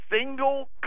single